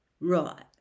Right